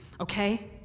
okay